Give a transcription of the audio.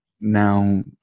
now